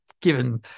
given